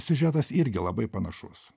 siužetas irgi labai panašus